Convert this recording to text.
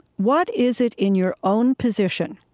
what is it in your own position